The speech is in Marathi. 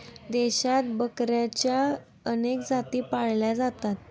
देशात बकऱ्यांच्या अनेक जाती पाळल्या जातात